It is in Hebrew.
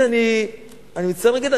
שאני מצטער להגיד,